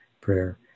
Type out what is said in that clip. prayer